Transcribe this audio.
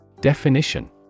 Definition